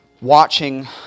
watching